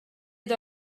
деп